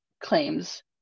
claims